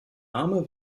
arme